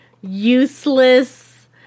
useless